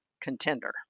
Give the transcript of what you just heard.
contender